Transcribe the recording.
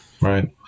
Right